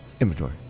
Inventory